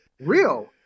real